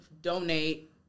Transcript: donate